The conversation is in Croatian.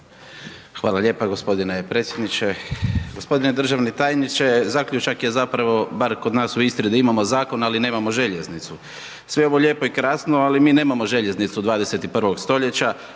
Hvala lijepa gospodine predsjedniče, gospodine državni tajniče zaključak je zapravo, bar kod nas u Istri, da imamo zakon ali nemamo željeznicu. Sve je ovo lijepo i krasno, ali mi nemamo željeznicu 21. stoljeća,